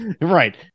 right